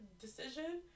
decision